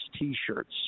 t-shirts